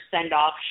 send-off